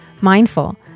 mindful